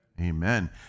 Amen